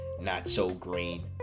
not-so-green